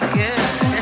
good